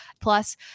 Plus